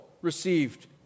received